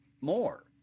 more